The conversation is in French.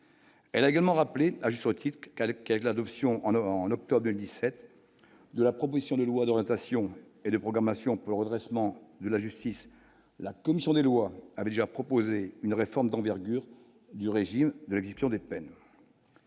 elle a également rappelé je qu'Al-Qaïda d'options en en octobre 17 de la proposition de loi d'orientation et de programmation peut redressement de la justice, la commission des lois, avait déjà proposé une réforme d'envergure du régime exception des peines.